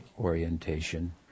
orientation